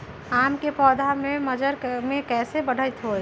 आम क पौधा म मजर म कैसे बढ़त होई?